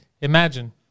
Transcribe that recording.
imagine